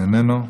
איננו,